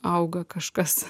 auga kažkas